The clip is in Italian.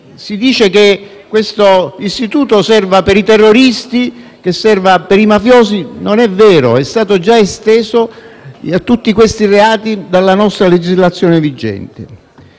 Si dice che questo istituto serva per i terroristi e che serva per i mafiosi. Non è vero: è stato già esteso a tutti questi reati dalla nostra legislazione vigente.